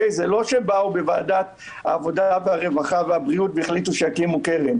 זה לא שבאו בוועדת העבודה והרווחה והבריאות והחליטו שיקימו קרן.